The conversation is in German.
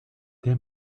der